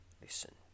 Listen